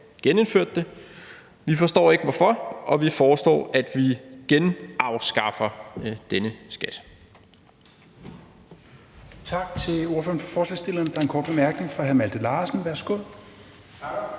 genindførte den. Vi forstår ikke hvorfor, og vi foreslår, at vi genafskaffer denne skat.